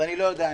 אז אני לא יודע,